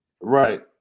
Right